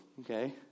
Okay